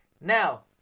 Now